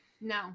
No